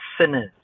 sinners